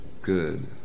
good